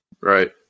Right